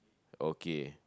okay